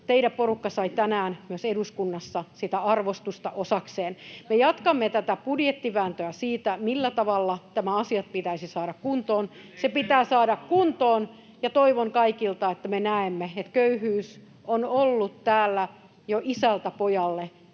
teidän porukka sai tänään myös eduskunnassa sitä arvostusta osakseen. Me jatkamme tätä budjettivääntöä siitä, millä tavalla tämä asia pitäisi saada kuntoon. [Sebastian Tynkkynen: Nyt ei selitysrallia!] Se pitää saada kuntoon, ja toivon kaikilta, että me näemme, että köyhyys on ollut täällä jo isältä pojalle,